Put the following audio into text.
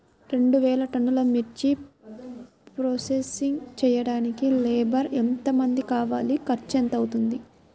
రెండు వేలు టన్నుల మిర్చి ప్రోసెసింగ్ చేయడానికి లేబర్ ఎంతమంది కావాలి, ఖర్చు ఎంత అవుతుంది?